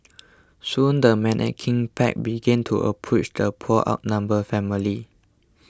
soon the menacing pack began to approach the poor outnumbered family